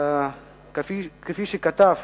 כפי שכתב